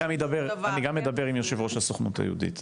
אני גם אדבר עם יו"ר הסוכנות היהודית,